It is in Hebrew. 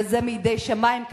וזה מידי שמים,